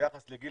ביחס לגיל,